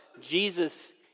Jesus